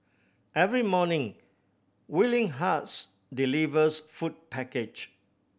every morning Willing Hearts delivers food package